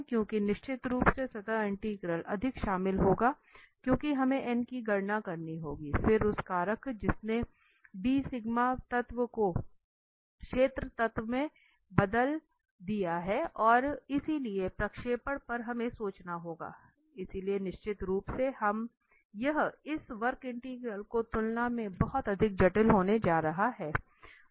क्योंकि निश्चित रूप से सतह इंटीग्रल अधिक शामिल होगा क्योंकि हमें की गणना करनी होगी फिर उस कारक जिसने तत्व को क्षेत्र तत्व में बदल दिया है और इसलिए प्रक्षेपण पर हमें सोचना होगा इसलिए निश्चित रूप से यह इस वक्र इंटीग्रल की तुलना में बहुत अधिक जटिल होने जा रहा है